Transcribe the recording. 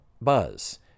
Buzz